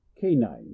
canine